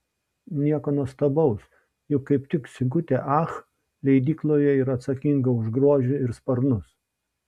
nieko nuostabaus juk kaip tik sigutė ach leidykloje yra atsakinga už grožį ir sparnus